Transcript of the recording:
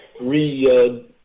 re